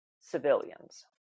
civilians